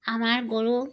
আমাৰ গৰু